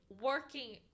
working